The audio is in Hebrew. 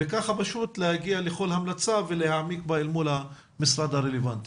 וכך להגיע לכל המלצה ולהעמיק בה אל מול המשרד הרלוונטי.